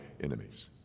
enemies